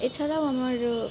এছাড়াও আমারও